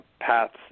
paths